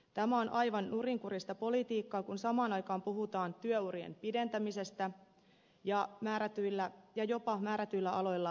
tämä on aivan nurinkurista politiikkaa kun samaan aikaan puhutaan työurien pidentämisestä ja jopa määrätyillä aloilla työvoimapulasta